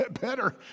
better